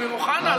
אמיר אוחנה,